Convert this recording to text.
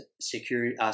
security